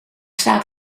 staat